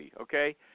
okay